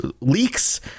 leaks